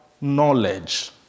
knowledge